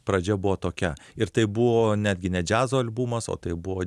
pradžia buvo tokia ir tai buvo netgi ne džiazo albumas o tai buvo